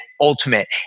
ultimate